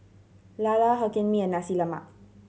lala Hokkien Mee and Nasi Lemak